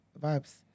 vibes